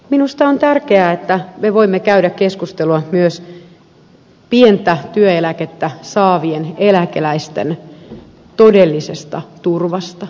minusta on tärkeää että me voimme käydä keskustelua myös pientä työeläkettä saavien eläkeläisten todellisesta turvasta